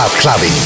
clubbing